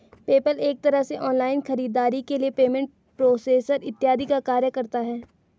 PayPal एक तरह से ऑनलाइन खरीदारी के लिए पेमेंट प्रोसेसर इत्यादि का कार्य करता है